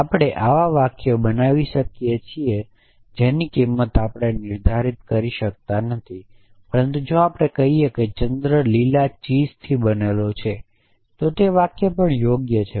આપણે આવા વાક્યો બનાવી શકીએ છીએ જેની કિંમત આપણે નિર્ધારિત કરી શકતા નથી પરંતુ જો આપણે કહીયે કે ચંદ્ર લીલા ચીઝથી બનેલો છે તો તે વાક્ય પણ યોગ્ય છે